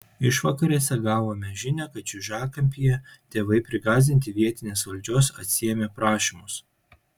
išvakarėse gavome žinią kad čiužiakampyje tėvai prigąsdinti vietinės valdžios atsiėmė prašymus